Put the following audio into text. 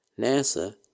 NASA